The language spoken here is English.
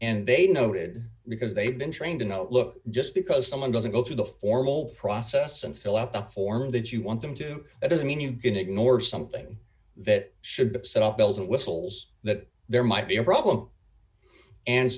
and they noted because they've been trained in oh look just because someone doesn't go through the formal process and fill out the form that you want them to it doesn't mean you can ignore something that should be set up bells and whistles that there might be a problem and